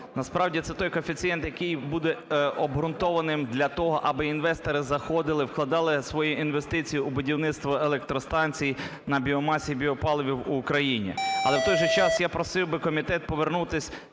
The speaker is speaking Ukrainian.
Насправді це той коефіцієнт, який буде обґрунтованим для того, аби інвестори заходили, вкладали свої інвестиції у будівництво електростанцій на біомасі, біопаливі в Україні. Але, в той же час, я просив би комітет повернутись